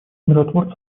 миротворцы